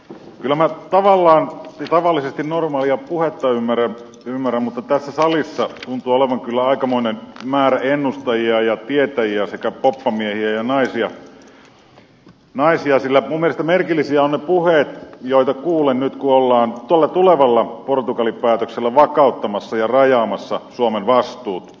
kyllä minä tavallisesti normaalia puhetta ymmärrän mutta tässä salissa tuntuu olevan kyllä aikamoinen määrä ennustajia ja tietäjiä sekä poppamiehiä ja naisia sillä minun mielestäni merkillisiä ovat ne puheet joita kuulen nyt kun ollaan tuolla tulevalla portugali päätöksellä vakauttamassa ja rajaamassa suomen vastuut